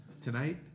tonight